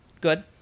Good